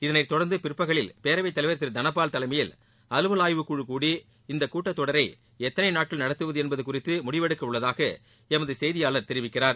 இதனைத்தொடர்ந்து பிற்பகலில் பேரவைத் தலைவர் திரு தனபால் தலைமையில் அலுவல் ஆய்வுக்குழு கூடி இந்த கூட்டத்தொடரை எத்தனை நாள் நடத்துவது என்பது குறித்து முடிவெடுக்க உள்ளதாக எமது செய்தியாளர் தெரிவிக்கிறார்